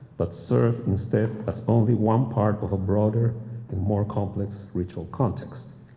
but serve instead as only one part of a broader and more complex ritual context.